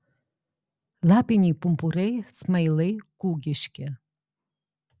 lapiniai pumpurai smailai kūgiški